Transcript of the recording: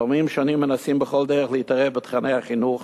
גורמים שונים מנסים בכל דרך להתערב בתוכני החינוך